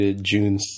June